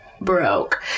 broke